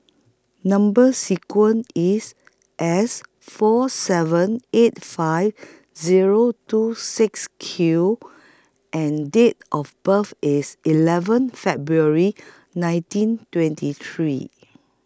Number sequence IS S four seven eight five Zero two six Q and Date of birth IS eleven February nineteen twenty three